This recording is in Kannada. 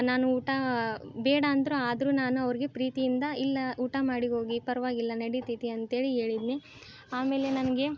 ನಾನು ಊಟ ಬೇಡ ಅಂದರೂ ಆದರು ನಾನು ಅವ್ರಿಗೆ ಪ್ರೀತಿಯಿಂದ ಇಲ್ಲ ಊಟ ಮಾಡಿ ಹೋಗಿ ಪರವಾಗಿಲ್ಲ ನಡಿತೈತಿ ಅಂಥೇಳಿ ಹೇಳಿದ್ನಿ ಆಮೇಲೆ ನನಗೆ